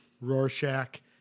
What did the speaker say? Rorschach